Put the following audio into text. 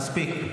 מספיק.